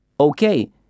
Okay